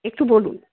একটু বলুন